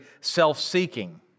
self-seeking